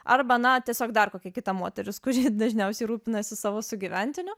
arba na tiesiog dar kokia kita moteris kuri dažniausiai rūpinasi savo sugyventiniu